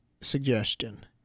suggestion